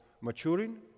maturing